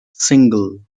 single